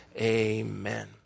amen